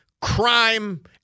crime